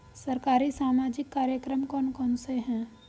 सरकारी सामाजिक कार्यक्रम कौन कौन से हैं?